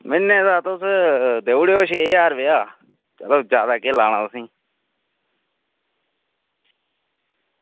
म्हीने दा तुस देई ओड़ेओ छे ज्हार रपेआ यरो जादा केह् लाना तुसें ई